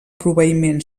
proveïment